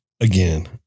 again